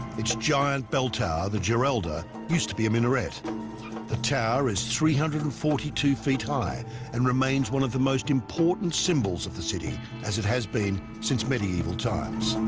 its giant bell tower the geralda used to be a minaret the tower is three hundred and forty two feet high and remains one of the most important symbols of the city as it has been since medieval times.